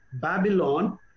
Babylon